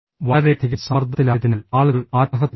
വളരെയധികം സമ്മർദ്ദത്തിലായതിനാൽ ആളുകൾ ആത്മഹത്യ ചെയ്യുന്നു